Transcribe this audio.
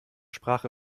sprache